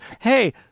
hey